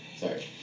Sorry